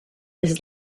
his